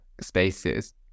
spaces